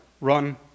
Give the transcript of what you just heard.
run